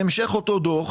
בהמשך אותו דוח